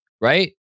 Right